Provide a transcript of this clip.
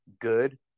good